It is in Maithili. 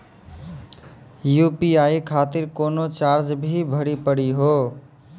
यु.पी.आई खातिर कोनो चार्ज भी भरी पड़ी हो?